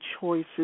choices